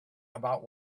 about